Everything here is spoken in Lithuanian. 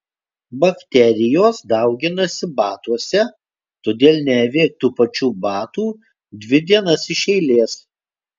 bakterijos dauginasi batuose todėl neavėk tų pačių batų dvi dienas iš eilės